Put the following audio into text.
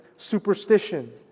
superstition